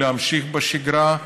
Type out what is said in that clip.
להמשיך בשגרה,